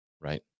right